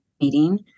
meeting